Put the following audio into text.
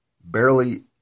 barely